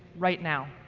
right now.